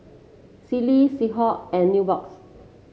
Sealy Schick and Nubox